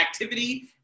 activity